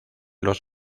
los